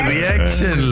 Reaction